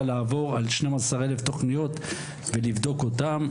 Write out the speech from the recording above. לעבור על 12 אלף תוכניות ולבדוק אותם.